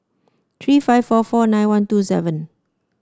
three five four four nine one two seven